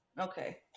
Okay